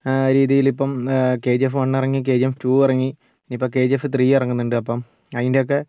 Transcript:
രീതിയിലിപ്പം കെ ജി എഫ് വണ്ണിറങ്ങി കെ ജി എഫ് ടു ഇറങ്ങി ഇനി ഇപ്പം കെ ജി എഫ് ത്രീ ഇറങ്ങുന്നുണ്ട് അപ്പം അതിൻ്റെ ഒക്കെ